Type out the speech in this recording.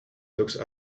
looks